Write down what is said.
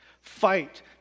Fight